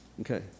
Okay